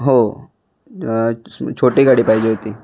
हो छोटी गाडी पाहिजे होती